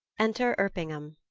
enter erpingham.